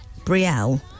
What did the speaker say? Brielle